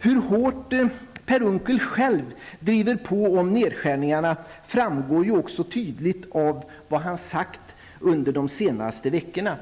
Hur hårt Per Unckel själv driver på när det gäller nedskärningarna framgår tydligt av vad han sagt under de senaste veckorna.